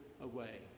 away